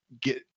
get